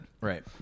Right